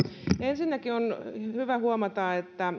ensinnäkin on hyvä huomata